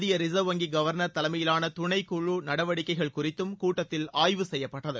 இந்திய ரிசர்வ் வங்கி கவர்னா தலைமையிவான துணைக்குழு நடவடிக்கைகள் குறித்தும் கூட்டத்தில் ஆய்வு செய்யப்பட்டது